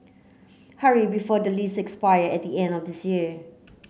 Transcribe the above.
hurry before the lease expire at the end of this year